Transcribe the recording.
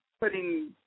putting